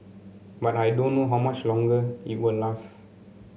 but I don't know how much longer it will last